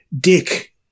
dick